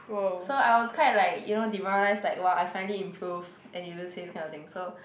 so I was quite like you know demoralized like !wah! I finally improved and you those say kind of thing so